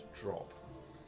drop